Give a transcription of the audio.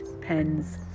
pens